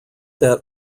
that